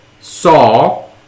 saw